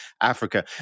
Africa